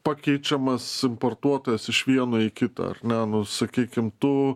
pakeičiamas importuotojas iš vieno į kitą ar ne nu sakykim tu